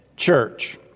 church